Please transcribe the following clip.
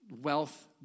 wealth